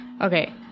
okay